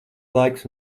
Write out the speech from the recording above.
laiks